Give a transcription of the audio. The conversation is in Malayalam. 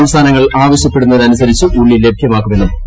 സംസ്ഥാനങ്ങൾ ആവശ്യപ്പെടുന്നതനുസരിച്ച് ഉള്ളി ലഭ്യമാക്കുമെന്നും മന്ത്രി